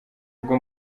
bwo